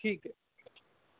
ਠੀਕ ਹੈ